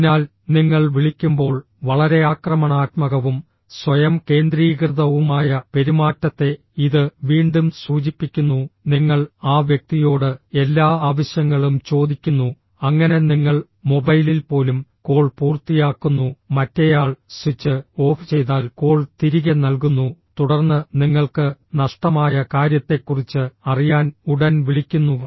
അതിനാൽ നിങ്ങൾ വിളിക്കുമ്പോൾ വളരെ ആക്രമണാത്മകവും സ്വയം കേന്ദ്രീകൃതവുമായ പെരുമാറ്റത്തെ ഇത് വീണ്ടും സൂചിപ്പിക്കുന്നു നിങ്ങൾ ആ വ്യക്തിയോട് എല്ലാ ആവശ്യങ്ങളും ചോദിക്കുന്നു അങ്ങനെ നിങ്ങൾ മൊബൈലിൽ പോലും കോൾ പൂർത്തിയാക്കുന്നു മറ്റേയാൾ സ്വിച്ച് ഓഫ് ചെയ്താൽ കോൾ തിരികെ നൽകുന്നു തുടർന്ന് നിങ്ങൾക്ക് നഷ്ടമായ കാര്യത്തെക്കുറിച്ച് അറിയാൻ ഉടൻ വിളിക്കുന്നു